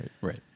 right